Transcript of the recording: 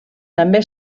també